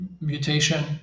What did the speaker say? mutation